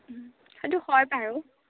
সেইটো হয় বাৰু